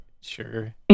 Sure